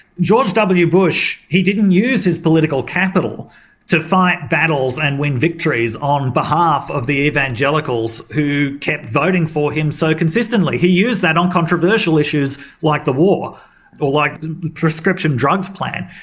george w bush, he didn't use his political capital to fight battles and win victories on behalf of the evangelicals who kept voting for him so consistently, he used that on controversial issues like the war, or like the prescription drugs plan.